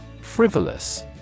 frivolous